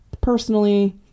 personally